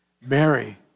Mary